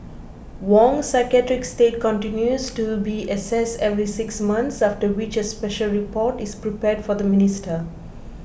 Wong's psychiatric state continues to be assessed every six months after which a special report is prepared for the minister